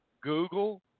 Google